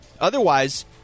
Otherwise